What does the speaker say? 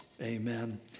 Amen